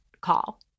call